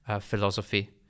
philosophy